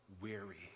weary